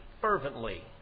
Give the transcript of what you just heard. fervently